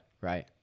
right